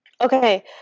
Okay